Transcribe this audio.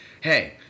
Hey